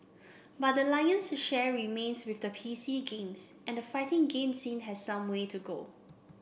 but the lion's share remains with P C games and the fighting game scene has some way to go